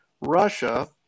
Russia